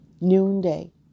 noonday